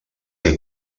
que